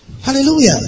Hallelujah